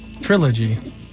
Trilogy